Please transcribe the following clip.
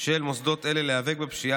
של מוסדות אלה להיאבק בפשיעה,